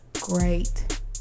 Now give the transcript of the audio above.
Great